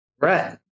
Right